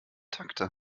takte